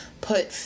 put